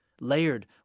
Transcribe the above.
layered